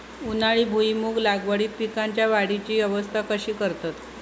उन्हाळी भुईमूग लागवडीत पीकांच्या वाढीची अवस्था कशी करतत?